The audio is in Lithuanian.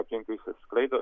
aplinkui skraido